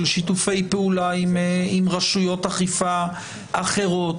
של שיתופי פעולה עם רשויות אכיפה אחרות